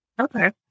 Okay